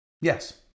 Yes